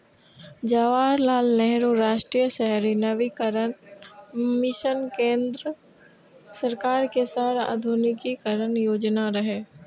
जवाहरलाल नेहरू राष्ट्रीय शहरी नवीकरण मिशन केंद्र सरकार के शहर आधुनिकीकरण योजना रहै